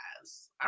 guys